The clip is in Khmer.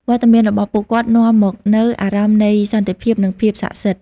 វត្តមានរបស់ពួកគាត់នាំមកនូវអារម្មណ៍នៃសន្តិភាព និងភាពស័ក្តិសិទ្ធិ។